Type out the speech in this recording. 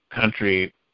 country